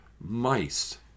mice